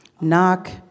knock